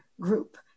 group